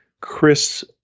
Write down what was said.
Chris